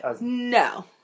No